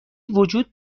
وجود